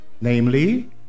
namely